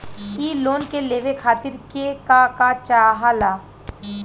इ लोन के लेवे खातीर के का का चाहा ला?